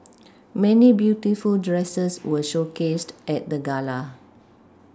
many beautiful dresses were showcased at the gala